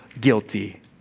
guilty